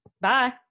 Bye